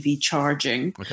charging